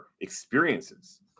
experiences